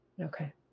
Okay